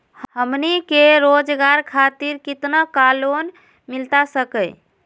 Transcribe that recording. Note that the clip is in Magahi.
हमनी के रोगजागर खातिर कितना का लोन मिलता सके?